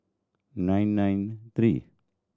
nine nine three